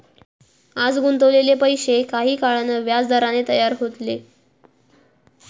आज गुंतवलेले पैशे काही काळान व्याजदरान तयार होतले